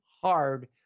hard